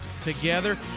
together